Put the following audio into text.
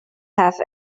have